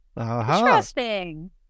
interesting